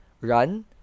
run